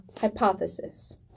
hypothesis